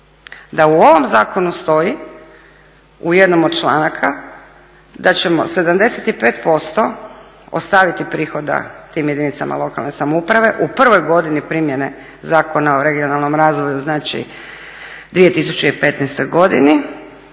da u ovom zakonu stoji u jednom od članaka da ćemo 75% ostaviti prihoda tim jedinicama lokalne samouprave u prvoj godini primjene Zakona o regionalnom razvoju u 2015.godini